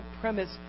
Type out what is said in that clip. premise